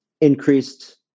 increased